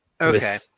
Okay